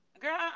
Girl